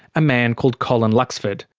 a man called colin luxford.